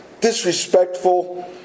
disrespectful